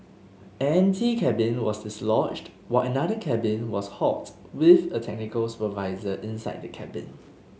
an empty cabin was dislodged while another cabin was halted with a technical supervisor inside the cabin